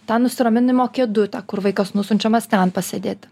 tą nusiraminimo kėdutę kur vaikas nusiunčiamas ten pasėdėt